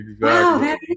Wow